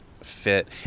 fit